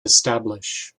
establish